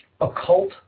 occult